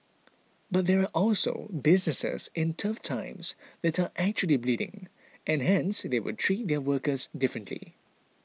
but there are also businesses in tough times that are actually bleeding and hence they would treat their workers differently